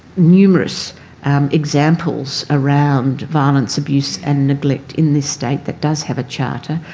numerous um examples around violence, abuse and neglect in this state that does have a charter,